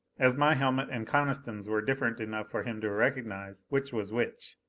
as my helmet and coniston's were different enough for him to recognize which was which.